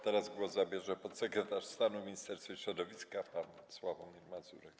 Teraz głos zabierze podsekretarz stanu w Ministerstwie Środowiska pan Sławomir Mazurek.